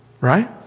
right